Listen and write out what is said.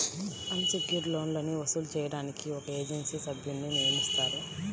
అన్ secured లోన్లని వసూలు చేయడానికి ఒక ఏజెన్సీ సభ్యున్ని నియమిస్తారు